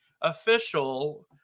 official